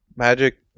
Magic